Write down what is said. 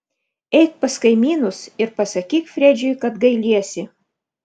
eik pas kaimynus ir pasakyk fredžiui kad gailiesi